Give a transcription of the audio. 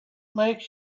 makes